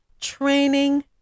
training